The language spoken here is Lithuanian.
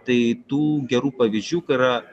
tai tų gerų pavyzdžių yra